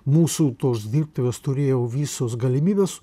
mūsų tos dirbtuvės turėjau visos galimybės